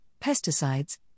pesticides